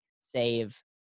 save